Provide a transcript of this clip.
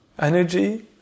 energy